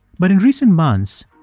but in recent months,